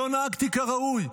לא נהגתי כראוי.